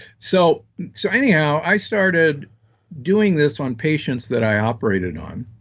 so so anyhow, i started doing this on patients that i operated on,